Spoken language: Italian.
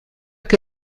che